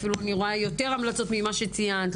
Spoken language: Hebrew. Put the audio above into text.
אפילו אני רואה יותר המלצות ממה שציינת,